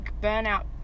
burnout